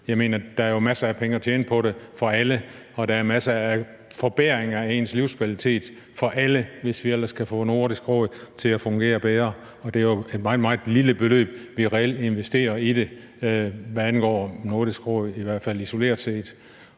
Jeg mener: Der er jo masser af penge at tjene på det for alle, og der er masser af forbedringer af livskvalitet for alle, hvis vi ellers kan få Nordisk Råd til at fungere bedre. Det er jo et meget, meget lille beløb, vi reelt investerer i det, i hvert fald hvad angår Nordisk Råd isoleret set.